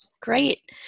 Great